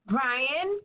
Brian